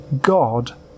God